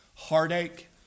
heartache